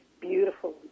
beautiful